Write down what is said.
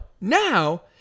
now